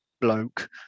bloke